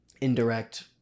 indirect